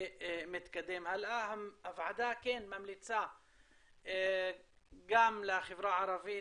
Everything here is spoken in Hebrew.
הוועדה ממליצה גם לחברה הערבית,